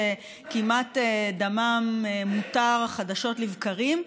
דמם כמעט מותר ממש חדשות לבקרים.